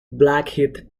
blackheath